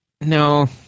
no